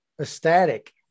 ecstatic